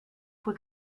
fue